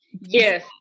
Yes